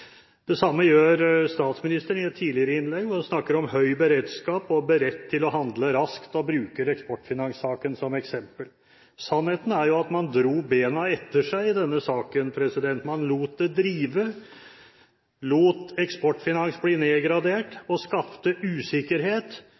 Det samme gjør statsministeren i et tidligere innlegg. Han snakker om høy beredskap og å være beredt til å handle raskt, og han brukte Eksportfinans-saken som eksempel. Sannheten er jo at man dro bena etter seg i denne saken. Man lot det drive, lot Eksportfinans bli nedgradert, og skapte usikkerhet